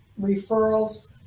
referrals